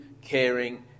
caring